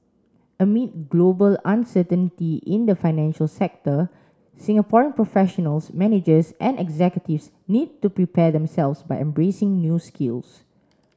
amid global uncertainty in the financial sector Singaporean professionals managers and executives need to prepare themselves by embracing new skills